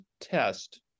test